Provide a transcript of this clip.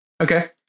Okay